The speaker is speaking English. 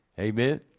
Amen